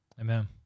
Amen